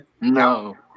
No